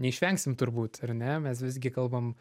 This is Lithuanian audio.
neišvengsim turbūt ar ne mes visgi kalbam